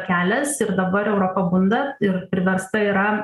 kelias ir dabar europa bunda ir priversta yra